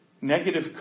negative